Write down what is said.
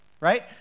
right